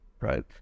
right